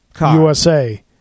USA